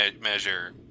measure